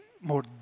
more